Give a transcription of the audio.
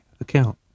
account